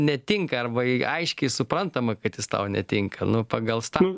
netinka arba aiškiai suprantama kad jis tau netinka nu pagal sta